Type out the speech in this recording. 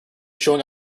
showing